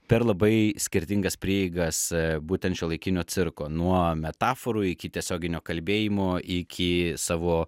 per labai skirtingas prieigas būtent šiuolaikinio cirko nuo metaforų iki tiesioginio kalbėjimo iki savo